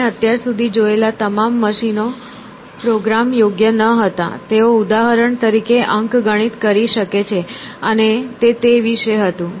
આપણે અત્યાર સુધી જોયેલા તમામ મશીનો પ્રોગ્રામ યોગ્ય ન હતા તેઓ ઉદાહરણ તરીકે અંકગણિત કરી શકે છે અને તે તે વિશે હતું